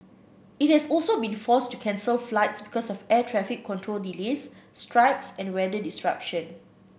it has also been forced to cancel flights because of air traffic control delays strikes and weather disruption